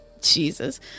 Jesus